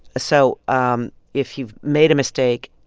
so um if you've made a mistake,